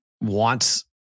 wants